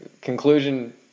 conclusion